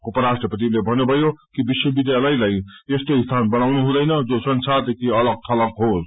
उपराष्ट्रपतिले भन्नुभयो कि विश्वविध्यालयलाई यस्तो स्थान बनाउनु हुँदैन जो संसारदेखि अलग थलग होस